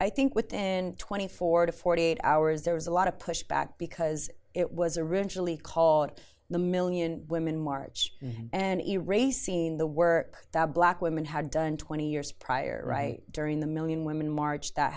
i think within twenty four to forty eight hours there was a lot of pushback because it was originally called the million women march and erase seen the work that black women had done twenty years prior right during the million women march that